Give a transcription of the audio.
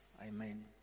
amen